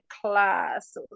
class